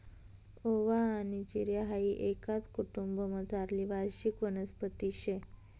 ओवा आनी जिरे हाई एकाच कुटुंबमझारली वार्षिक वनस्पती शे